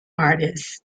artists